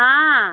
ହାଁ